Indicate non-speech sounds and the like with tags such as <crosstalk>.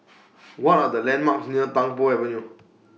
<noise> What Are The landmarks near Tung Po Avenue